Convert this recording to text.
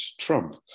Trump